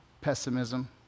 pessimism